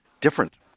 different